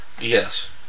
Yes